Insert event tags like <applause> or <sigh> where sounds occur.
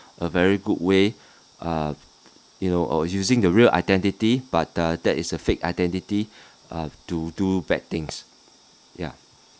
a very good way <breath> uh you know using the real identity but uh that is a fake identity <breath> uh to do bad things ya